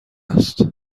است